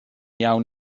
iawn